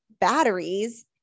batteries